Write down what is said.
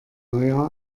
neujahr